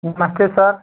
नमस्ते सर